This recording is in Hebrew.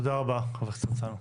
תודה רבה חבר הכנסת הרצנו.